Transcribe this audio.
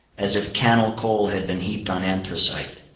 as if cannel coal had been heaped on anthracite.